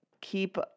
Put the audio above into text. keep